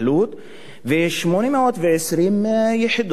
ו-820 יחידות דיור.